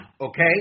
okay